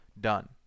done